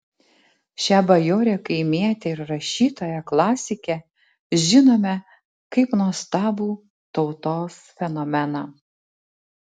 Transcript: šią bajorę kaimietę ir rašytoją klasikę žinome kaip nuostabų tautos fenomeną